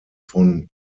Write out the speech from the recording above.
von